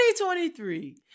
2023